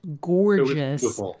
gorgeous